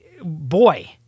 boy